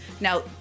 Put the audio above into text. Now